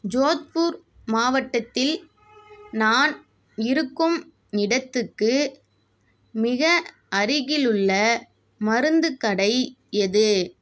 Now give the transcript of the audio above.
ஜோத்பூர் மாவட்டத்தில் நான் இருக்கும் இடத்துக்கு மிக அருகிலுள்ள மருந்துக் கடை எது